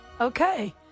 Okay